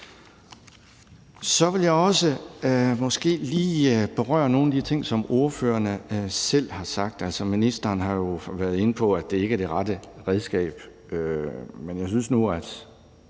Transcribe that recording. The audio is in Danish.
Så vil jeg også lige berøre nogle af de ting, som ordførerne selv har sagt. Altså, ministeren har jo været inde på, at det ikke er det rette redskab, men jeg synes nu, at